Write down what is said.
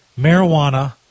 marijuana